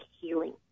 healing